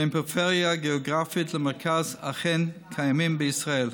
בין הפריפריה הגיאוגרפית למרכז אכן קיימים בישראל,